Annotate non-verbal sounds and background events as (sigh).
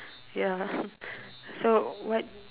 ya (laughs) so what